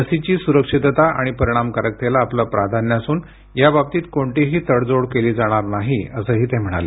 लसीची सुरक्षितता आणि परिणामकारकतेला आपलं प्राधान्य असून याबाबतीत कोणतीही तडजोड केली जाणार नाही असंही ते म्हणाले